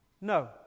No